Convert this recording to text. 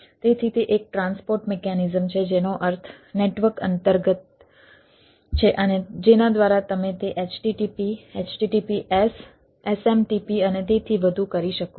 તેથી તે એક ટ્રાન્સપોર્ટ મિકેનિઝમ છે જેનો અર્થ નેટવર્ક અંતર્ગત છે અને જેના દ્વારા તમે તે http https SMTP અને તેથી વધુ કરી શકો છો